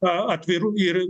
atvirų ir